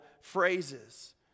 phrases